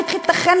איך ייתכן,